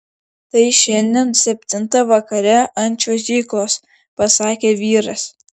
tai šiandien septintą vakare ant čiuožyklos pasakė vyras